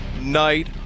night